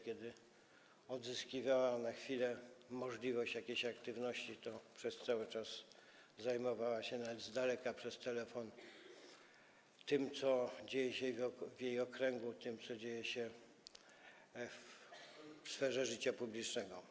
Kiedy odzyskiwała na chwilę możliwość jakiejś aktywności, przez cały czas zajmowała się, nawet z daleka, przez telefon, tym, co dzieje się w jej okręgu, tym, co dzieje się w sferze życia publicznego.